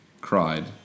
cried